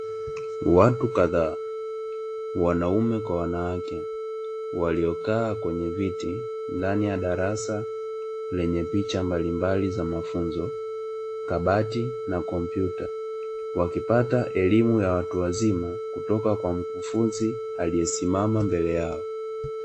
Watu kadhaa, wanaume kwa wanawake, waliokaa kwenye viti ndani ya darasa lenye picha mbali mbali za mafunzo, kabati na kompyuta wakipata elimu ya watu wazima kutoka kwa mkufunzi aliesimama mbele yao.